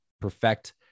perfect